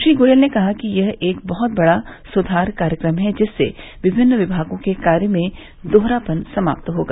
श्री गोयल ने कहा कि यह एक बहत बड़ा सुधार कार्यक्रम है जिससे विभिन्न विभागों के कार्य में दोहरापन समाप्त होगा